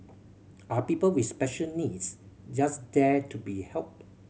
are people with special needs just there to be helped